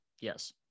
Yes